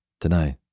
Tonight